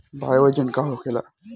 Bio agent का होखेला?